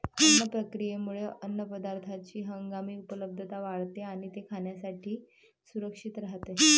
अन्न प्रक्रियेमुळे अन्नपदार्थांची हंगामी उपलब्धता वाढते आणि ते खाण्यासाठी सुरक्षित राहते